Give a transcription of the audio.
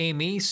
Amy